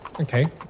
Okay